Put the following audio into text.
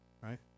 right